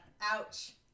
Ouch